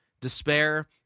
despair